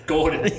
Gordon